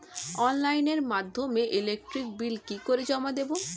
অনলাইনের মাধ্যমে electric bill কি করে জমা দেবো?